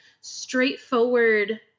straightforward